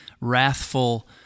wrathful